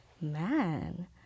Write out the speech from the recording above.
man